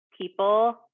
people